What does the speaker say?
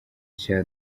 cya